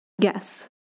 guess